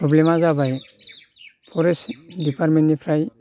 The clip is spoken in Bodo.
प्रब्लेमा जाबाय फरेस्ट डिपार्टमेन्टनिफ्राय